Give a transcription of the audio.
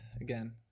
again